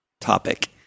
topic